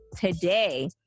today